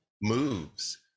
moves